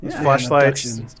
Flashlights